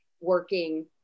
working